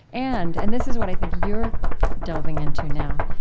and and this is what i think you're delving into now.